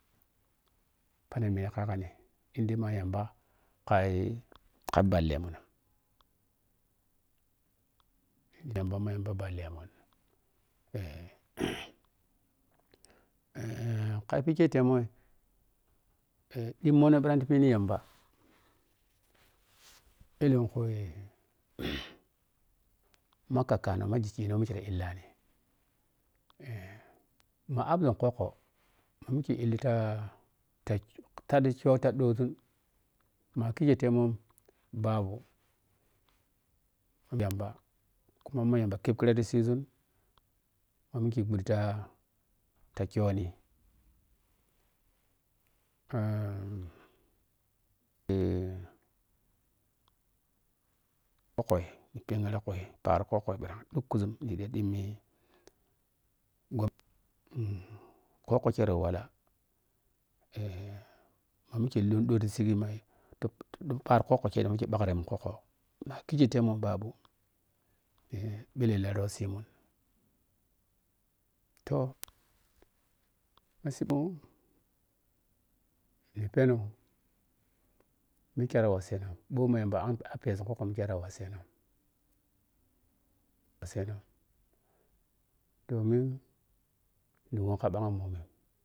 Phanang ni ɗhi ka yhaggai inda, ma yanba kya ka bhallemun tamba ma yamba ɓhallemun eh ka bhikyei temun eh ɗimmonoh phirag ti phini yamba ɛlɛkui mɔ kakano ma ghikkhino mikye ta illani eh ma amm no khulekho mamikye ta illita ta taɗhi ta ɗoȝun ma kyikye temun babu yamba kuma ma yamba khep khira ti siiȝun ma mikye bhuɗi to kyoni eh ma mi lon ɗo ti shig ma paari khukko kye mamikye blakremun khukko mamikye temu babu eh phelllella rosiimun toh masibon ni phenoh mikye ro waseno ma yamba appe ȝun khukko mikye re waseno waseno domin ni waug ka bhag ɓhommi.